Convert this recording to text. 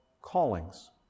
Callings